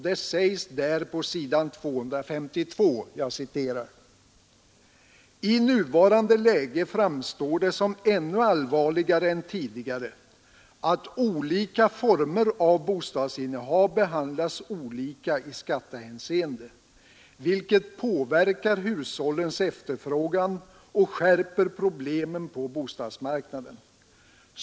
Det sägs på s. 252: ”I nuvarande läge framstår det som ännu allvarligare än tidigare att olika former av bostadsinnehav behandlas olika i skattehänseende, vilket påverkar hushållens efterfrågan och skärper problemen på bostadsmarknaden.